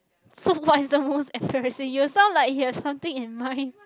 so what's the most embarrassing you sound like you have something in mind